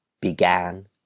began